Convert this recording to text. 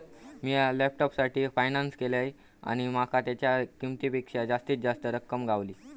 मिया लॅपटॉपसाठी फायनांस केलंय आणि माका तेच्या किंमतेपेक्षा जास्तीची रक्कम गावली